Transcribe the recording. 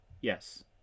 Yes